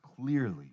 clearly